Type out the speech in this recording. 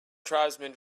tribesmen